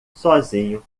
sozinho